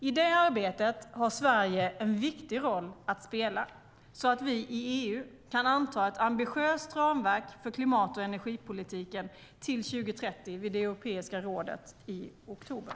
I det arbetet har Sverige en viktig roll att spela så att vi i EU kan anta ett ambitiöst ramverk för klimat och energipolitiken till 2030 vid Europeiska rådet i oktober.